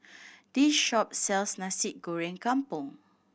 this shop sells Nasi Goreng Kampung